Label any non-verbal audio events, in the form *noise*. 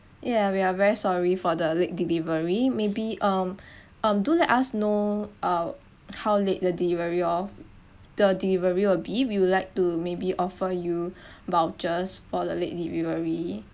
ya we are very sorry for the late delivery maybe um *breath* um do let us know uh how late the delivery of the delivery will be we would like to maybe offer you *breath* vouchers for the late delivery